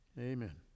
Amen